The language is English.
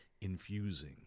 infusing